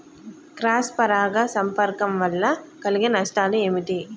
Cross పరాగ సంపర్కం వల్ల కలిగే నష్టాలు ఏమిటి?